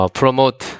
promote